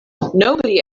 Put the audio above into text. nobody